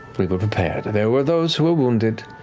we were prepared. there were those who were wounded,